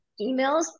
emails